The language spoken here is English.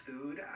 food